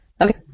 Okay